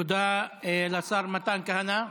תודה לשר מתן כהנא.